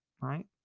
right